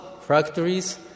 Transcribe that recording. factories